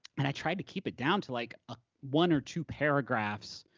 and i tried to keep it down to like ah one or two paragraphs,